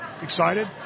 excited